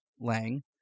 Lang